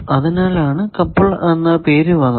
അതിനാണ് കപ്ലർ എന്ന പേര് പറയുന്നത്